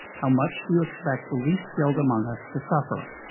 how much do you expect the least skilled among us to suffer?